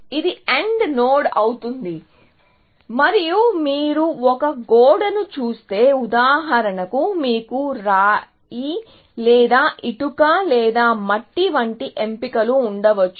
ఇది AND node అవుతుంది మరియు మీరు ఒక గోడను చూస్తే ఉదాహరణకు మీకు రాయి లేదా ఇటుక లేదా మట్టి వంటి ఎంపికలు ఉండవచ్చు